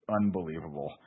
unbelievable